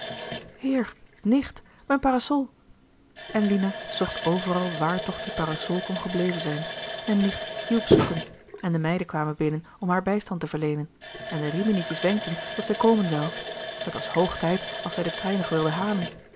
heer nicht mijn parasol en lina zocht overal waar toch die parasol kon gebleven zijn en nicht hielp zoeken en de meiden kwamen binnen om haar bijstand te verleenen en de riminietjes wenkten dat zij komen zou het was hoog tijd als zij den trein nog wilden halen